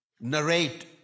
narrate